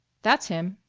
that's him,